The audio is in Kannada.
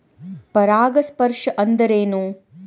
ಪರಾಗಸ್ಪರ್ಶ ಅಂದರೇನು?